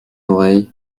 oreille